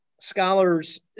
scholars